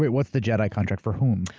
what's the jedi contract? for whom?